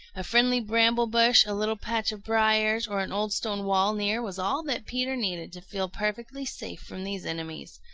a friendly bramble-bush, a little patch of briars, or an old stone wall near was all that peter needed to feel perfectly safe from these enemies,